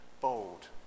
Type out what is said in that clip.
bold